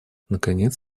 наконец